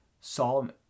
Psalm